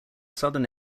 southern